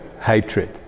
hatred